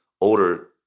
older